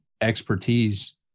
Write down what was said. expertise